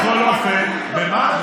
בכל אופן, מה?